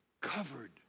covered